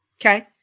Okay